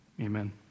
amen